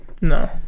No